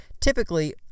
Typically